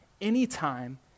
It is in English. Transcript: anytime